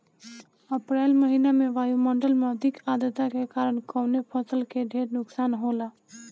अप्रैल महिना में वायु मंडल में अधिक आद्रता के कारण कवने फसल क ढेर नुकसान होला?